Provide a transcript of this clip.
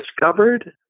discovered